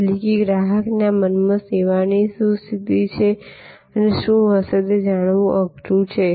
એટલે ગ્રાહક ના મન માં સેવા ની સ્થિતિ શું હસે તે જાણવું અઘરું છે